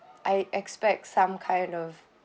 I expect some kind of